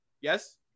Yes